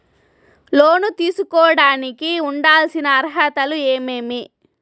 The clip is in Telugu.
లోను తీసుకోడానికి ఉండాల్సిన అర్హతలు ఏమేమి?